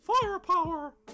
firepower